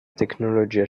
tecnologia